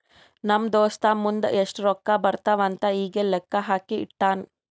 ನಮ್ ದೋಸ್ತ ಮುಂದ್ ಎಷ್ಟ ರೊಕ್ಕಾ ಬರ್ತಾವ್ ಅಂತ್ ಈಗೆ ಲೆಕ್ಕಾ ಹಾಕಿ ಇಟ್ಟಾನ್